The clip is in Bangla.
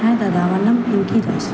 হ্যাঁ দাদা আমার নাম পিঙ্কি দাস